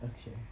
okay